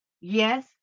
Yes